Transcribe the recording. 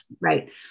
Right